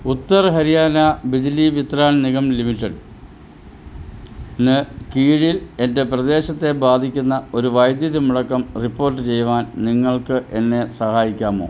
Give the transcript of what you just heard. Uttar Haryana Bijli Vitran Nigam Limited ന് കീഴിൽ എൻ്റെ പ്രദേശത്തെ ബാധിക്കുന്ന ഒരു വൈദ്യുതി മുടക്കം റിപ്പോർട്ട് ചെയ്യുവാന് നിങ്ങൾക്ക് എന്നെ സഹായിക്കാമോ